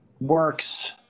works